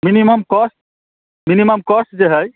minimum cost minimum cost जे हइ